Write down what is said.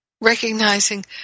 recognizing